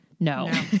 No